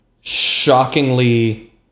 shockingly